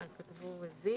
לכולכם.